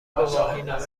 گواهینامه